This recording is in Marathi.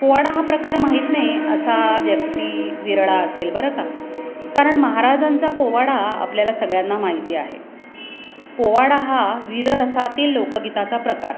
पोवाडा हा प्रकार माहीत नाही असा व्यक्ती विरळ असेल बरं का कारण महाराजांचा पोवाडा आपल्याला सगळ्यांना माहिती आहे पोवाडा हा वीर रसातील लोकगीताचा प्रकार